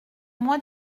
moi